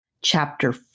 Chapter